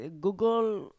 google